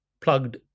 plugged